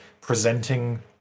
presenting